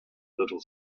little